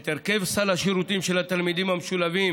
את הרכב סל השירותים של התלמידים המשולבים